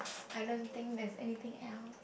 I don't think there's anything else